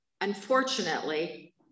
unfortunately